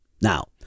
Now